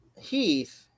Heath